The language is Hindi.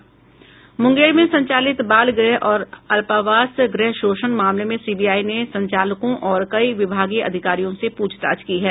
मुंगेर में संचालित बाल गृह और अल्पावास गृह शोषण मामले में सीबीआई ने संचालकों और कई विभागीय अधिकारियों से पूछताछ की है